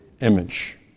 image